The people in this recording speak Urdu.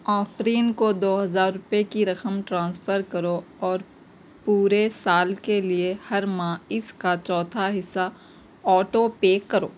آفرین کو دو ہزار روپے کی رقم ٹرانسفر کرو اور پورے سال کے لیے ہر ماہ اس کا چوتھا حصہ آٹو پے کرو